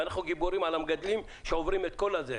ואנחנו גיבורים על המגדלים שעוברים את כל זה.